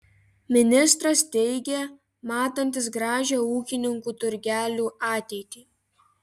ministras teigė matantis gražią ūkininkų turgelių ateitį